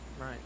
right